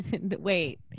wait